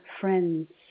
friends